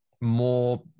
more